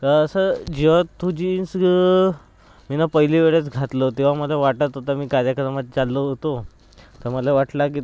असं जेव्हा तो जीन्स मीनं पहिल्या वेळेस घातला तेव्हा मला वाटत होतं कार्यक्रमात चाललो होतो तर मला वाटलं